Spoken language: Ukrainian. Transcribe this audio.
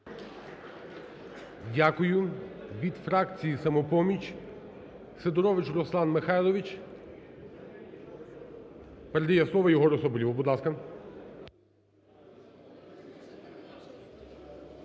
Дякую. Від фракції "Самопоміч" Сидорович Руслан Михайлович. Передає слово Єгору Соболєву,